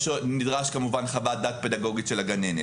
נדרשת כמובן חוות דעת פדגוגית של הגננת,